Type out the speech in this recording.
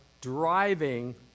driving